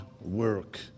work